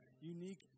unique